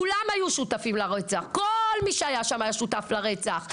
כולם היו שותפים לרצח! כל מי שהיה שם היה שותף לרצח.